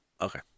Okay